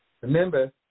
Remember